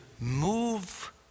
move